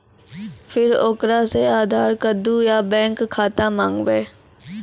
फिर ओकरा से आधार कद्दू या बैंक खाता माँगबै?